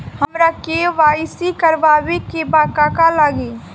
हमरा के.वाइ.सी करबाबे के बा का का लागि?